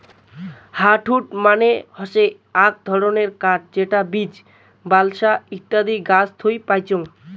hardwood মানে হসে আক ধরণের কাঠ যেটা বীচ, বালসা ইত্যাদি গাছ থুই পাইচুঙ